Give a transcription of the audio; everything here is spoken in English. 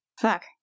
Fuck